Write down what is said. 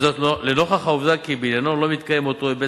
לנוכח העובדה שבעניינו לא מתקיים אותו היבט